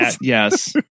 yes